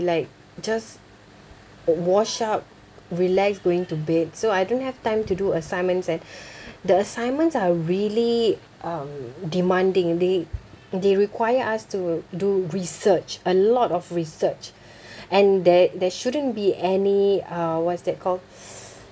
like just wash up relax going to bed so I don't have time to do assignments and the assignments are really um demanding they they require us to do research a lot of research and there there shouldn't be any uh what's that called